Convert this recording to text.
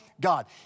God